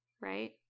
Right